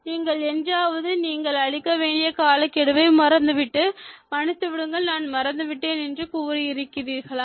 நீங்கள் என்றாவது நீங்கள் அளிக்க வேண்டிய காலக்கெடுவை மறந்துவிட்டு மன்னித்து விடுங்கள் நான் மறந்துவிட்டேன் என்ற கூறி இருக்கிறீர்களா